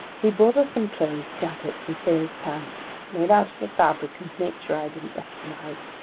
he brought us some clothes, jackets and sailor's pants, made out of a fabric whose nature i didn't recognize.